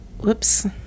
Whoops